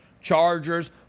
Chargers